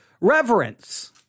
reverence